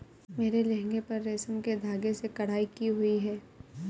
मेरे लहंगे पर रेशम के धागे से कढ़ाई की हुई है